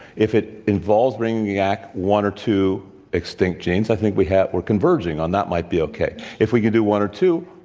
if it involves bringing yeah back one or two extinct genes, i think we have we're converging on, that might be okay. if we can do one or two,